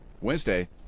Wednesday